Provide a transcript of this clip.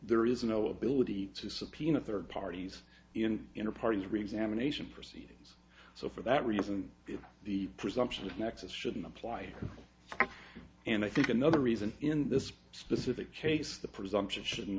there is no ability to subpoena third parties in inner parties reexamination proceedings so for that reason the presumption of nexus shouldn't apply and i think another reason in this specific case the presumption shouldn't